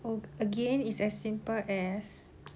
oh again it's as simple as